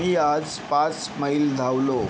मी आज पाच मैल धावलो